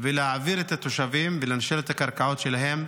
ולהעביר את התושבים ולנשל את הקרקעות שלהם,